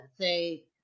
say